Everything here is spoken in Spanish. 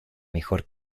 mejor